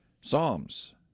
Psalms